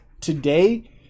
today